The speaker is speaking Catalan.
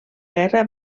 guerra